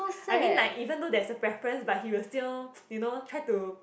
I mean like even though there's a preference but he will still you know try to